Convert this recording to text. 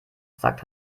sagt